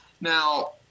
Now